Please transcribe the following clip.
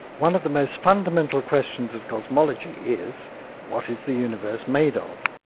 one of the most fundamental questions of cosmology is what is the universe made of?